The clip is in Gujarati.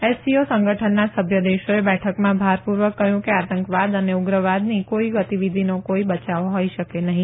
એસસીઓ સંગઠનના સભ્ય દેશોએ બેઠકમાં ભારપુર્વક કહયું કે આતંકવાદ અને ઉગ્રવાદની કોઈ ગતિવિધિનો કોઈ બયાવ હોઈ શકે નહી